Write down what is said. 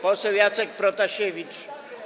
Poseł Jacek Protasiewicz.